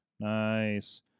Nice